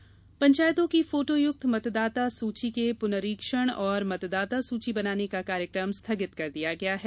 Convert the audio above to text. मतदाता सूची पंचायतों की फोटोयुक्त मतदाता सूची के पुनरीक्षण और मतदाता सूची बनाने का कार्यक्रम स्थगित कर दिया गया है